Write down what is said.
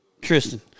Tristan